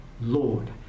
Lord